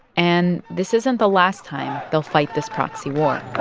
and this isn't the last time they'll fight this proxy war